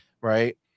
right